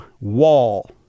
wall